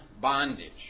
bondage